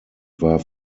war